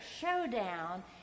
showdown